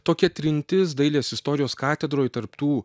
tokia trintis dailės istorijos katedroj tarp tų